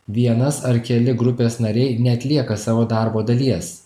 vienas ar keli grupės nariai neatlieka savo darbo dalies